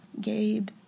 Gabe